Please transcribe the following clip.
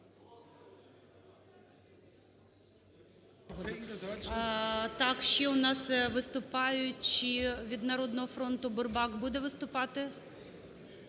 Так, ще в нас виступаючий від "Народного фронту"Бурбак. Буде виступати?